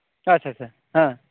ᱟᱪᱪᱷᱟ ᱪᱷᱟ ᱪᱟ ᱦᱮᱸ